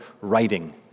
writing